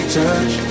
touch